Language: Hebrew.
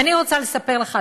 ואני רוצה לספר לך,